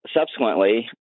subsequently